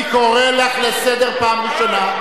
אני קורא אותך לסדר פעם ראשונה.